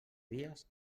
dies